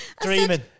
dreaming